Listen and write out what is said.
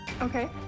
Okay